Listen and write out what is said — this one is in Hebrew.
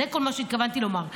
זה כל מה שהתכוונתי לומר.